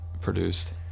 produced